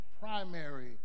primary